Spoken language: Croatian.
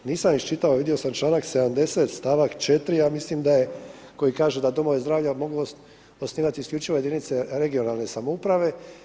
Nisam iščitao, vidio sam članak 70. stavak 4. ja mislim da je, koji kaže da domovi zdravlja mogu osnivati isključivo jedinice regionalne samouprave.